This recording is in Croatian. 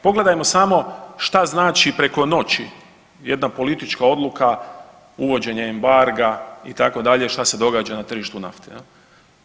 Pogledajmo samo šta znači preko noći jedna politička odluka uvođenja embarga itd., šta se događa na tržištu nafte jel.